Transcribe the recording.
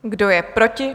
Kdo je proti?